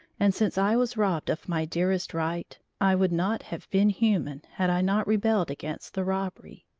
and since i was robbed of my dearest right, i would not have been human had i not rebelled against the robbery.